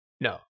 no